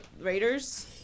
Raiders